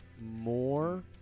more –